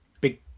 big